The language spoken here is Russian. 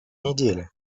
неделе